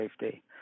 safety